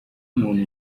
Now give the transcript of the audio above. umuntu